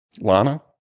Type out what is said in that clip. Lana